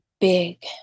big